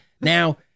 now